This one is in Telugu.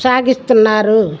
సాగిస్తున్నారు